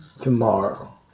tomorrow